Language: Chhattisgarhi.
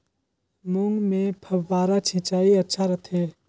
मूंग मे फव्वारा सिंचाई अच्छा रथे?